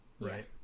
Right